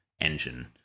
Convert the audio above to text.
engine